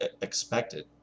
expected